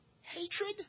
hatred